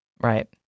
Right